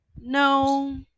no